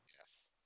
Yes